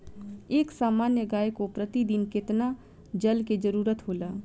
एक सामान्य गाय को प्रतिदिन कितना जल के जरुरत होला?